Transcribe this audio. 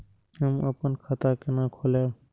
हम अपन खाता केना खोलैब?